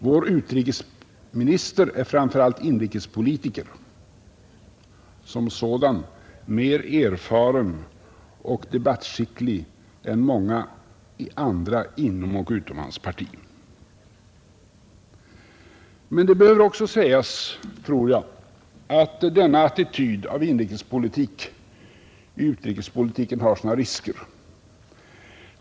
Vår utrikesminister är framför allt inrikespolitiker och som sådan mer erfaren och debattskicklig än många andra inom och utom hans parti. Men det behöver också sägas, tror jag, att denna attityd av inrikespolitik i utrikespolitiken har sina risker.